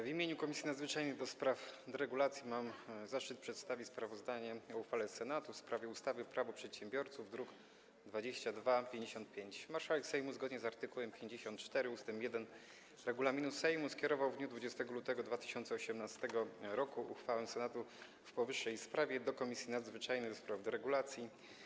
W imieniu Komisji Nadzwyczajnej do spraw deregulacji mam zaszczyt przedstawić sprawozdanie o uchwale Senatu w sprawie ustawy Prawo przedsiębiorców, druk nr 2255. Marszałek Sejmu, zgodnie z art. 54 ust. 1 regulaminu Sejmu, skierował w dniu 20 lutego 2018 r. uchwałę Senatu w powyższej sprawie do Komisji Nadzwyczajnej do spraw deregulacji.